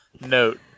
note